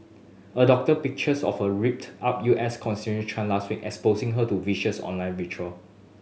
a doctored pictures of her ripped up U S constitution trend last week exposing her to vicious online vitriol